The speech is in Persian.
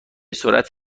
سرعت